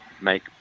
make